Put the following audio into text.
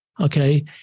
Okay